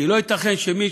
כי לא ייתכן שמי,